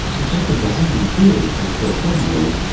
which opens a whole new field, because suddenly,